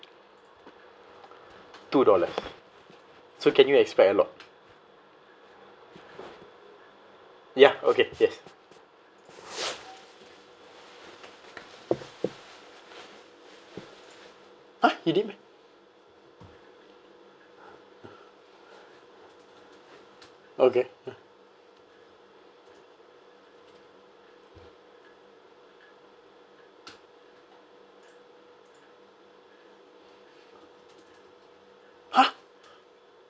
two dollars so can you expect a lot ya okay yes !huh! he did meh okay !huh!